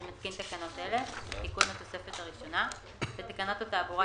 אני מתקין תקנות אלה: תיקון התוספת הראשונה בתקנות התעבורה,